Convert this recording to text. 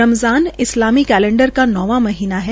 रमज़ान इस्लामी कलैंडर का नौवा महीना है